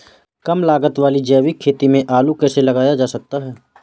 कम लागत वाली जैविक खेती में आलू कैसे लगाया जा सकता है?